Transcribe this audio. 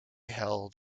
held